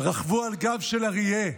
רכבו על גב של אריה.